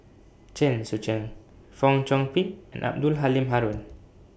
Chen Sucheng Fong Chong Pik and Abdul Halim Haron